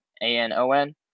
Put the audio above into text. a-n-o-n